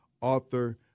Author